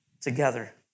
together